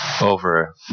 over